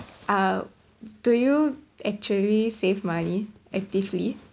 uh do you actually save money actively